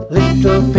little